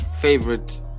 Favorite